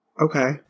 Okay